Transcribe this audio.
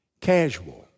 casual